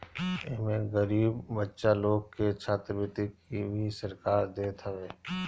एमे गरीब बच्चा लोग के छात्रवृत्ति भी सरकार देत हवे